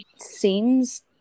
seems